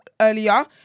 earlier